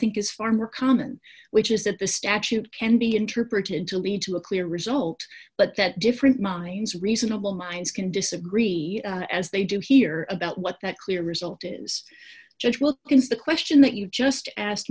think is far more common which is that the statute can be interpreted to lead to a clear result but that different minds reasonable minds can disagree as they do here about what that clear result is judge will consider the question that you just ask